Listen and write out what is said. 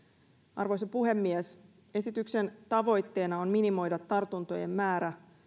arvoisa puhemies esityksen tavoitteena on minimoida tartuntojen määrä